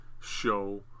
show